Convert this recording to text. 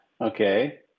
Okay